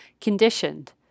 conditioned